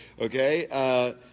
okay